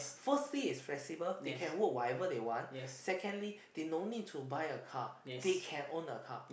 firstly is flexible they can work whatever they want secondly they no need to buy a car they can owe a car